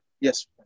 Yes